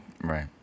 Right